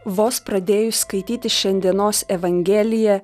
vos pradėjus skaityti šiandienos evangeliją